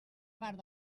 part